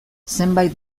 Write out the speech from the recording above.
zenbait